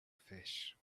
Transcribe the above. fish